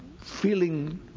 feeling